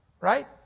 right